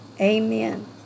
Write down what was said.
amen